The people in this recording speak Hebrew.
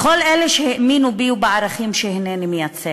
לכל אלה שהאמינו בי ובערכים שהנני מייצגת,